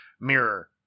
mirror